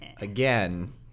Again